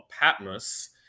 Patmos